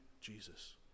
Jesus